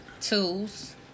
Tools